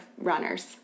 runners